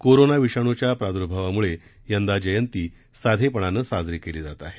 corona विषाणूच्या प्रादूर्भावामुळे यंदा जयंती साधेपणाने साजरी केली जात आहे